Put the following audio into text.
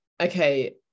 okay